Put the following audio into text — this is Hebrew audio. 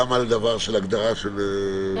גם על הגדרה של ---?